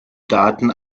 daten